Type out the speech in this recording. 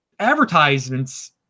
advertisements